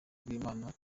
rw’imana